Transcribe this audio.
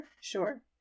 sure